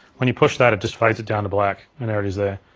when you push that it just fades it down to black. and there it is there.